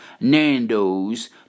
Nando's